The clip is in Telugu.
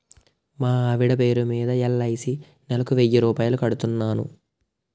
మా ఆవిడ పేరు మీద ఎల్.ఐ.సి నెలకు వెయ్యి రూపాయలు కడుతున్నాను